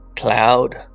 cloud